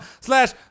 slash